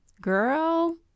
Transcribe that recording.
girl